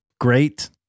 great